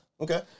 Okay